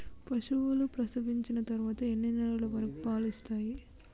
పశువులు ప్రసవించిన తర్వాత ఎన్ని నెలల వరకు పాలు ఇస్తాయి?